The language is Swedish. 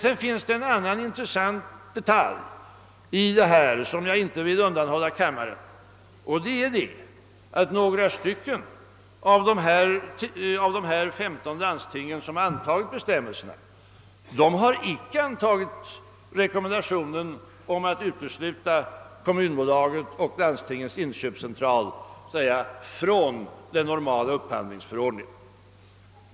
Sedan finns det också en intressant detalj som jag inte vill undanhålla kammaren. Några stycken av de femton landsting som antgit bestämmelserna har inte antagit rekommendationen att utesluta Kommunaktiebolaget och Landstingens inköpscentral från den normala upphandlingsförordningen.